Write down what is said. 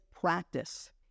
practice